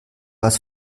was